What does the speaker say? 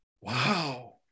Wow